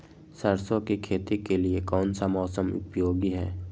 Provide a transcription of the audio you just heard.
सरसो की खेती के लिए कौन सा मौसम उपयोगी है?